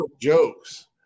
jokes